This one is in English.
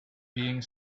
being